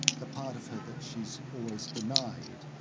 the part of her that she's always denied.